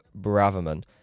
Braverman